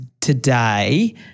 today